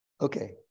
Okay